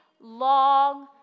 long